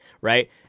right